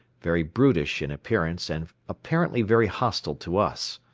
very brutish in appearance and apparently very hostile to us.